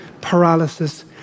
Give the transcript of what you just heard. paralysis